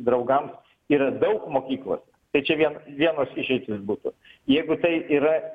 draugams yra daug mokykloj tai čia vien vienos išeitys būtų jeigu tai yra